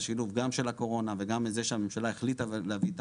השילוב של הקורונה וגם זה שהממשלה החליטה להביא את